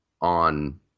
on